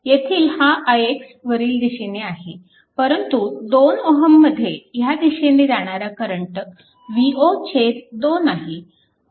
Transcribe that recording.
येथील हा ix वरील दिशेने आहे परंतु 2 ओहममध्ये ह्या दिशेने जाणारा करंट V02 आहे